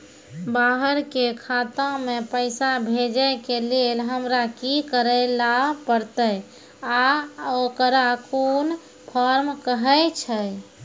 बाहर के खाता मे पैसा भेजै के लेल हमरा की करै ला परतै आ ओकरा कुन फॉर्म कहैय छै?